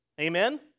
Amen